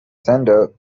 centre